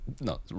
no